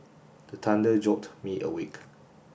the thunder jolt me awake